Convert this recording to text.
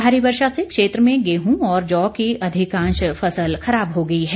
भारी वर्षा से क्षेत्र में गेहूं और जौ की अधिकांश फसल खराब हो गई है